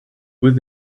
with